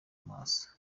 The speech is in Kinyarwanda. maso